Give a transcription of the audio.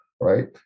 right